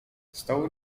stołu